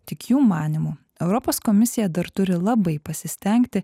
tik jų manymu europos komisija dar turi labai pasistengti